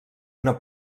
una